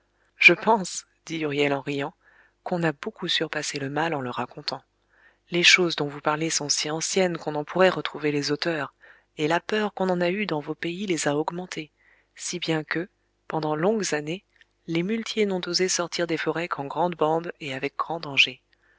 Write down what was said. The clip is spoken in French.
je pense dit huriel en riant qu'on a beaucoup surpassé le mal en le racontant les choses dont vous parlez sont si anciennes qu'on n'en pourrait retrouver les auteurs et la peur qu'on en a eu dans vos pays les a augmentées si bien que pendant longues années les muletiers n'ont osé sortir des forêts qu'en grandes bandes et avec grand danger